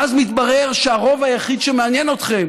ואז מתברר שהרוב היחיד שמעניין אתכם